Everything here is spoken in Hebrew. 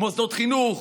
ומוסדות חינוך,